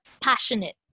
passionate